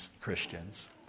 Christians